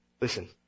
listen